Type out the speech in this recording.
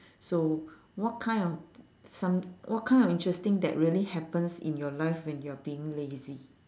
so what kind of some what kind of interesting that really happens in your life when you're being lazy